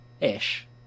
Ish